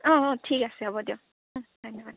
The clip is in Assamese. অঁ অঁ ঠিক আছে হ'ব দিয়ক ধন্যবাদ